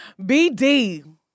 BD